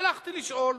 הלכתי לשאול,